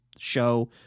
show